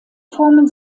formen